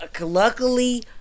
luckily